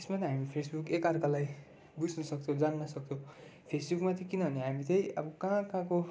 त्यसमा त हामी फेसबुक एकअर्कालाई बुझ्नु सक्छौँ जान्न सक्छौँ फुसबुकमा चाहिँ किनभने हामी चाहिँ अब कहाँ कहाँको